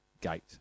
gate